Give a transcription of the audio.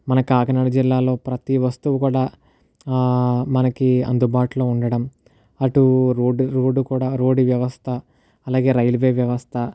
మన కాకినాడ జిల్లాలో ప్రతి వస్తువు కూడా మనకి అందుబాటులో ఉండడం అటు రోడ్డు రోడ్డు కూడా రోడ్డు వ్యవస్థ అలాగే రైల్వే వ్యవస్థ